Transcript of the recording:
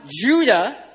Judah